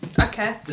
Okay